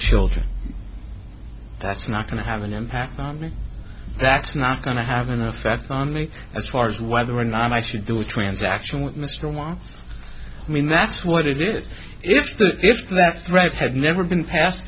children that's not going to have an impact on me that's not going to have an effect on me as far as whether or not i should do a transaction with mr maher i mean that's what it is if the if that threat had never been pas